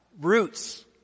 roots